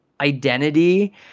identity